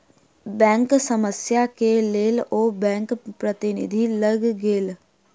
bank समस्या के लेल ओ बैंक प्रतिनिधि लग गेला